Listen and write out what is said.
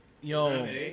yo